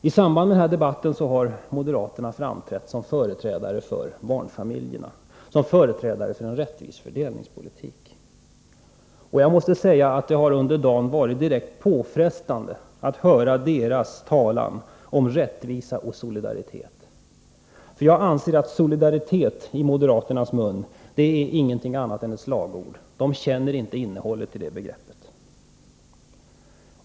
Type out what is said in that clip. I samband med denna debatt har moderaterna framträtt såsom företrädare för barnfamiljerna och för en rättvis fördelningspolitik. Jag måste säga att det under dagen har varit direkt påfrestande att höra deras tal om rättvisa och solidaritet. Jag anser att ordet solidaritet i moderaternas mun inte är någonting annat än ett slagord. De känner inte innehållet i det begreppet.